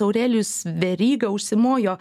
aurelijus veryga užsimojo